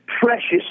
precious